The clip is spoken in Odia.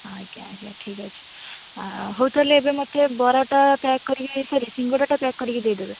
ଆଜ୍ଞା ଆଜ୍ଞା ଠିକ୍ ଅଛି ହଉ ତା'ହେଲେ ଏବେ ମତେ ବରାଟା ପ୍ୟାକ୍ କରିକି ସରି ସିଙ୍ଗଡ଼ାଟା ପ୍ୟାକ୍ କରିକି ଦେଇଦେବେ